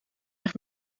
echt